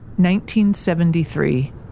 1973